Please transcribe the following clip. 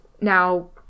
now